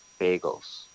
bagels